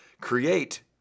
create